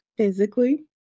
Physically